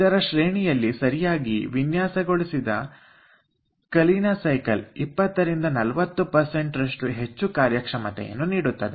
ಇದರ ಶ್ರೇಣಿಯಲ್ಲಿ ಸರಿಯಾಗಿ ವಿನ್ಯಾಸಗೊಳಿಸಿದ ಕಲೀನಾ ಸೈಕಲ್ 20 40 ರಷ್ಟು ಹೆಚ್ಚು ಕಾರ್ಯಕ್ಷಮತೆಯನ್ನು ನೀಡುತ್ತದೆ